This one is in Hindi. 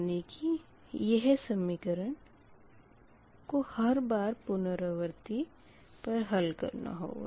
यानी कि यह समीकरण को हर पुनरावर्ती पर हल करना होगा